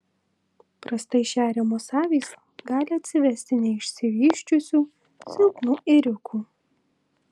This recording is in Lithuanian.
prastai šeriamos avys gali atsivesti neišsivysčiusių silpnų ėriukų